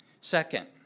Second